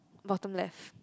bottom left